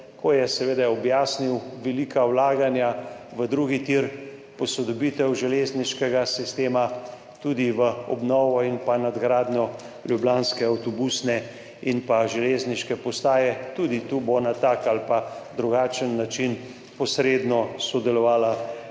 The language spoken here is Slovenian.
ko je seveda objasnil velika vlaganja v drugi tir, posodobitev železniškega sistema, tudi v obnovo in pa nadgradnjo ljubljanske avtobusne in železniške postaje. Tudi tu bo na tak ali pa drugačen način posredno sodelovala